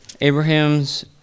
Abraham's